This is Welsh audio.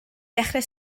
ddechrau